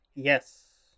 Yes